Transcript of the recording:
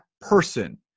person